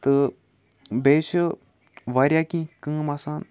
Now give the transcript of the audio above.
تہٕ بیٚیہِ چھُ واریاہ کینٛہہ کٲم آسان